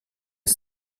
les